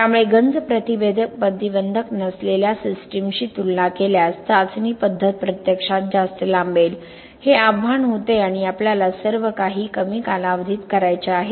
त्यामुळे गंज प्रतिबंधक नसलेल्या सिस्टीमशी तुलना केल्यास चाचणी पद्धत प्रत्यक्षात जास्त लांबेल हे आव्हान होते आणि आपल्याला सर्व काही कमी कालावधीत करायचे आहे